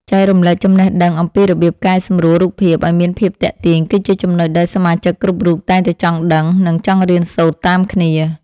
ចែករំលែកចំណេះដឹងអំពីរបៀបកែសម្រួលរូបភាពឱ្យមានភាពទាក់ទាញគឺជាចំណុចដែលសមាជិកគ្រប់រូបតែងតែចង់ដឹង និង ចង់រៀនសូត្រតាមគ្នា។